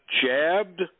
Jabbed